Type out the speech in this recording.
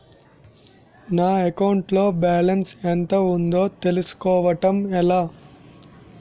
నా అకౌంట్ లో బాలన్స్ ఎంత ఉందో తెలుసుకోవటం ఎలా?